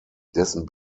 dessen